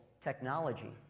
technology